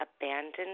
abandoned